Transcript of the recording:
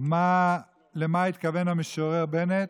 למה התכוון המשורר בנט